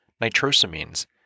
nitrosamines